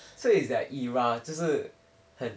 so it's their era 就是很